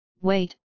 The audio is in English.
Wait